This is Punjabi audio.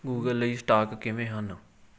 ਗੂਗਲ ਲਈ ਸਟਾਕ ਕਿਵੇਂ ਹਨ